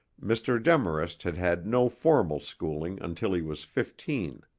mr. demarest had had no formal schooling until he was fifteen.